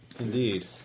Indeed